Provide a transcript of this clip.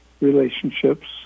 relationships